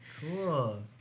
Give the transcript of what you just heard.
Cool